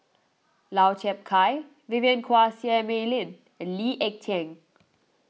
Lau Chiap Khai Vivien Quahe Seah Mei Lin and Lee Ek Tieng